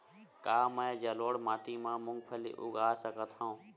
का मैं जलोढ़ माटी म मूंगफली उगा सकत हंव?